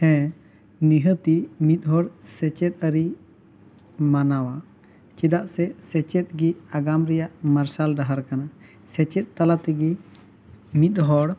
ᱦᱮᱸ ᱱᱤᱦᱟᱹᱛᱤ ᱢᱤᱫ ᱦᱚᱲ ᱥᱮᱪᱮᱫ ᱟᱹᱨᱤ ᱢᱟᱱᱟᱣᱟ ᱪᱮᱫᱟᱜ ᱥᱮ ᱥᱮᱪᱮᱫ ᱜᱮ ᱟᱜᱟᱢ ᱨᱮᱭᱟᱜ ᱢᱟᱨᱥᱟᱞ ᱰᱟᱦᱟᱨ ᱠᱟᱱᱟ ᱥᱮᱪᱮᱫ ᱛᱟᱞᱟ ᱛᱮᱜᱮ ᱢᱤᱫ ᱦᱚᱲ